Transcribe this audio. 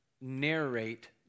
Narrate